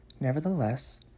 Nevertheless